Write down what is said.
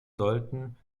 sollten